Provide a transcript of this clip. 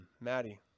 Maddie